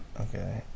okay